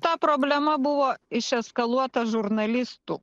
ta problema buvo išeskaluota žurnalistų